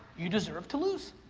you deserve to lose.